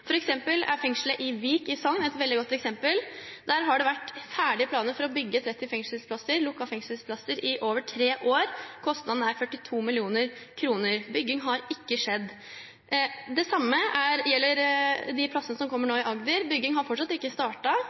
i Vik i Sogn et veldig godt eksempel. Der har det vært ferdige planer for å bygge 30 lukkete fengselsplasser i over tre år. Kostnadene er på 42 mill. kr – bygging har ikke skjedd. Det samme gjelder de plassene som kommer i Agder – byggingen har fortsatt ikke